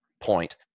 point